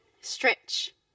Stretch